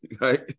right